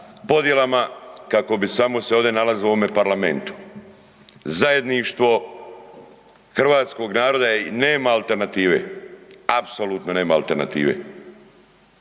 podjelama kak bi samo se ovdje nalazilo u ovom parlamentu. Zajedništvo hrvatskog naroda nema alternative, apsolutno nema alternative.